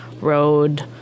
road